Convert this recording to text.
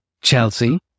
Chelsea